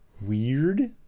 weird